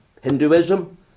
Hinduism